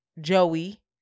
Joey